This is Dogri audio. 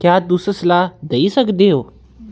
क्या तुस सलाह् देई सकदे ओ